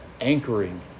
anchoring